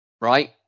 right